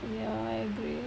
ya I agree